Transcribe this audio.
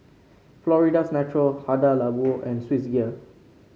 Florida's Natural Hada Labo and Swissgear